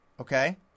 okay